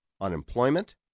unemployment